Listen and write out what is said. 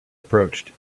approached